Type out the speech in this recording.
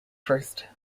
first